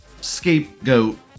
Scapegoat